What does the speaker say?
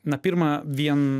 na pirma vien